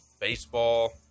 baseball